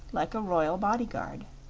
like a royal bodyguard.